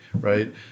right